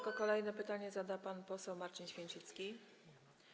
Kolejne pytanie zada pan poseł Marcin Święcicki.